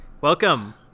Welcome